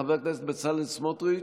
חבר הכנסת בצלאל סמוטריץ,